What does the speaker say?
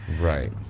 right